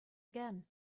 again